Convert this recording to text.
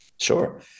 Sure